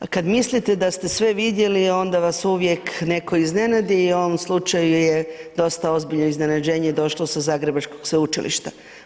Kad mislite da ste sve vidjeli, onda vas uvijek netko iznenadi i u ovom slučaju je dosta ozbiljno iznenađenje došlo sa Zagrebačkog Sveučilišta.